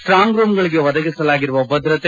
strong ರೂಂಗಳಿಗೆ ಒದಗಿಸಲಾಗಿರುವ ಭದ್ರತೆ